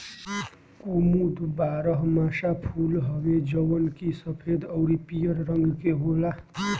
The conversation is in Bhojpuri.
कुमुद बारहमासा फूल हवे जवन की सफ़ेद अउरी पियर रंग के होला